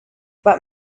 but